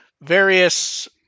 Various